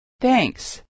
Thanks